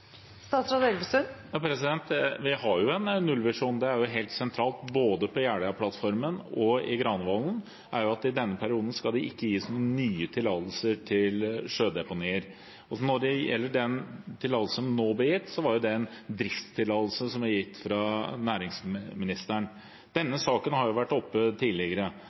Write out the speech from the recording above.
Vi har jo en nullvisjon. Det er helt sentralt i både Jeløya-plattformen og Granavolden-plattformen at i denne perioden skal det ikke gis nye tillatelser til sjødeponier. Når det gjelder den tillatelsen som nå ble gitt, var det en driftstillatelse som ble gitt av næringsministeren. Denne saken har vært oppe tidligere.